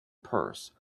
purse